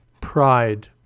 pride